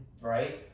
right